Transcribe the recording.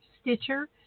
Stitcher